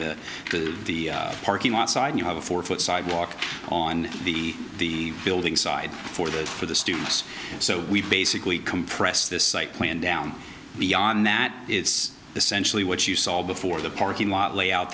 the parking lot side you have a four foot sidewalk on the building side for that for the students so we basically compress this site plan down beyond that it's essentially what you saw before the parking lot layout